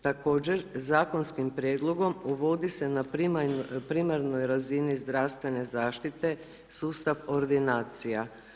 Također zakonskim prijedlogom uvodi se na primarnoj razini zdravstvene zaštite sustav ordinacija.